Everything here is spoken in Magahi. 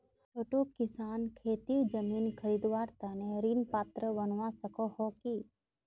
छोटो किसान खेतीर जमीन खरीदवार तने ऋण पात्र बनवा सको हो कि?